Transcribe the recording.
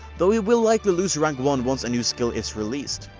though he will likely lose rank one once a new skill is released.